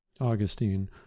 Augustine